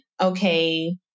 okay